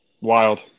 Wild